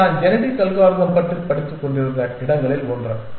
எனவே நான் genetic algorithm பற்றி படித்துக்கொண்டிருந்த இடங்களில் ஒன்று